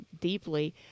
deeply